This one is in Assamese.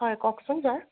হয় কওকচোন ছাৰ